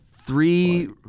three